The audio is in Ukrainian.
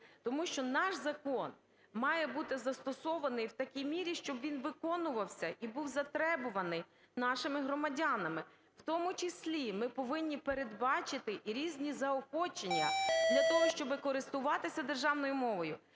тому що наш закон має бути застосований в такій мірі, щоб він виконувався і був затребуваний нашими громадянами. В тому числі ми повинні передбачити різні заохочення для того, щоби користуватися державною мовою.